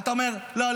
ואתה אומר: לא,